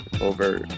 over